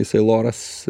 jisai loras